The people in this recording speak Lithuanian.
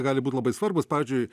gali būt labai svarbūs pavyzdžiui